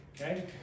okay